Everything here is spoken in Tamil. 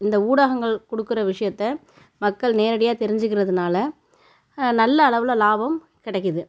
இந்த ஊடகங்கள் கொடுக்குற விஷயத்தை மக்கள் நேரடியாகத் தெரிஞ்சிக்கிறதுனால் நல்ல அளவில் லாபம் கிடைக்குது